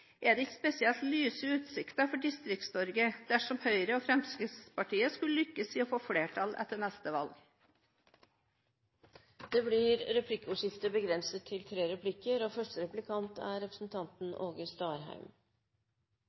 er det ikke spesielt lyse utsikter for Distrikts-Norge dersom Høyre og Fremskrittspartiet skulle lykkes i å få flertall etter neste valg. Det blir replikkordskifte. Finansdepartementet har i kapitalforskrifta bestemt at det er 20 pst. meir risikabelt å låne ut pengar til